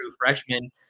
freshman